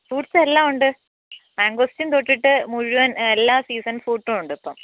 fruits എല്ലാം ഉണ്ട് mangosteen തൊട്ടിട്ട് മുഴുവൻ എല്ലാ സീസൺ ഫ്രൂട്ടും ഉണ്ട് ഇപ്പം